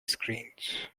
screens